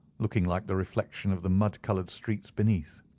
looking like the reflection of the mud-coloured streets beneath.